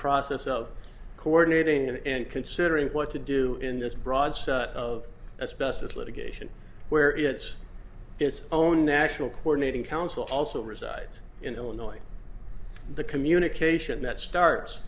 process of coordinating and considering what to do in this broad's of that's busted litigation where it's its own national coronating council also resides in illinois the communication that starts